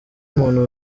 umuntu